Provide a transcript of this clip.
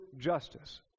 justice